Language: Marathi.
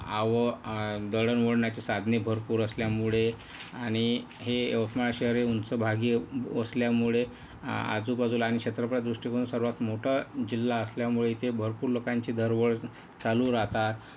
आवं दळणवळणाचे साधने भरपूर असल्यामुळे आणि हे यवतमाळ शहर हे उंच भागी असल्यामुळे आजूबाजूला आणि क्षेत्रफळ दृष्टिकोनात सर्वांत मोठा जिल्हा असल्यामुळे इथे भरपूर लोकांची दरवळ चालू राहतात